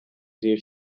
دیر